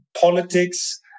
politics